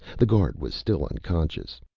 the guard was still unconscious.